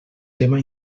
tema